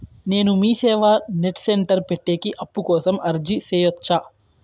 నేను MeeSeva net centre పెట్టేకి అప్పు కోసం అర్జీ సేయొచ్చా?